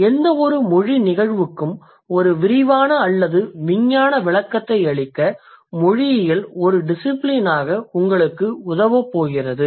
எனவே எந்தவொரு மொழி நிகழ்வுக்கும் ஒரு விரிவான அல்லது விஞ்ஞான விளக்கத்தை அளிக்க மொழியியல் ஒரு டிசிபிலினாக உங்களுக்கு உதவப் போகிறது